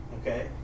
Okay